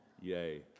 Yay